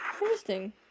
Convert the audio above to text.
Interesting